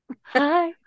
hi